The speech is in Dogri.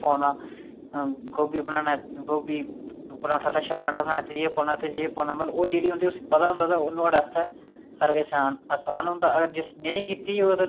दौ बीघा जमीन चाहिदी ऐ ते इन्ना लालच जां लोभ ठीक निं ऐ मानव जाति आस्तै की के जिन्नी जरूरत ऐ तुस उन्ना रक्खो ते उन्नी भूमि रक्खो